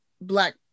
black